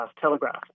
Telegraph